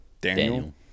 Daniel